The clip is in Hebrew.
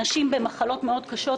אנשים במחלות מאוד קשות,